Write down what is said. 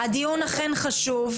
הדיון אכן חשוב,